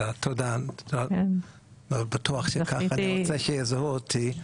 אני לא בטוח שכך אני רוצה שיזהו אותי.